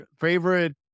favorite